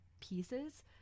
pieces